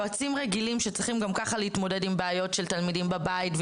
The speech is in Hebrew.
יועצים רגילים שצריכים גם ככה להתמודד עם בעיות של תלמידים בבית,